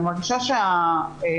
אני מרגישה שהארגונים,